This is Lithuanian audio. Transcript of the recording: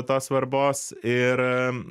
tos svarbos ir